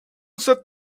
sat